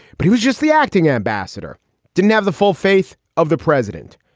but he was just the acting ambassador didn't have the full faith of the president.